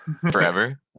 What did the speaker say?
Forever